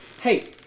Hey